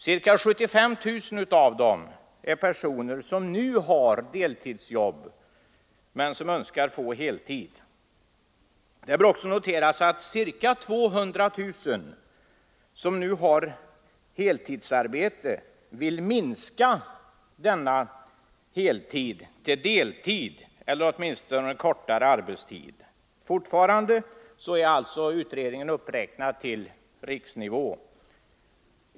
Ca 75 000 är personer som nu har deltidsjobb men som önskar få heltid. Det bör också noteras att ca 200 000, som nu har heltidsarbete, vill minska denna heltid till deltid eller åtminstone kortare arbetstid. Fortfarande är alltså resultaten i undersökningen uppräknade till riksomfattning.